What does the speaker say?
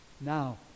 Now